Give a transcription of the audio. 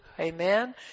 Amen